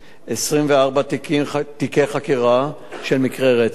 24 תיקי חקירה של מקרי רצח.